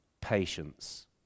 patience